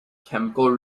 chemical